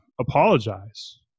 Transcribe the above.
apologize